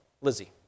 Lizzie